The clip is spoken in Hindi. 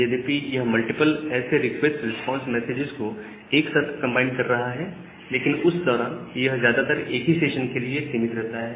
यद्यपि यह मल्टीपल ऐसे रिक्वेस्ट रिस्पांस मैसेजेस को एक साथ कंबाइन कर रहा है लेकिन उस दौरान यह ज्यादातर एक ही सेशन के लिए सीमित रहता है